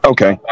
Okay